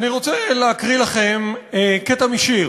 אני רוצה להקריא לכם קטע משיר